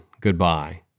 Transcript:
Goodbye